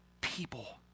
people